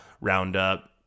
Roundup